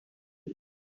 rain